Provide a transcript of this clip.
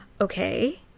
Okay